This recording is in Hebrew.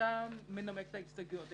אתה מנמק את ההסתייגויות?